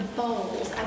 bowls